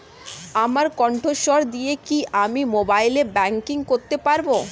আমার কন্ঠস্বর দিয়ে কি আমি মোবাইলে ব্যাংকিং করতে পারবো?